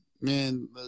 man